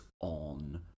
on